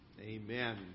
amen